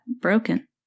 broken